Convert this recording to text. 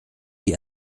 die